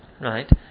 right